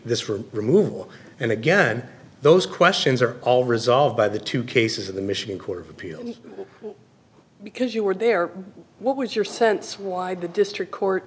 for removal and again those questions are all resolved by the two cases of the michigan court of appeals because you were there what was your sense why the district court